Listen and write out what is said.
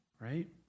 right